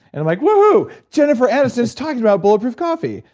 and i'm like, woo-hoo! jennifer aniston's talking about bulletproof coffee!